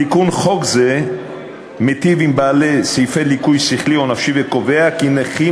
תיקון חוק זה מיטיב עם בעלי סעיפי ליקוי שכלי או נפשי וקובע כי נכים